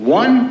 one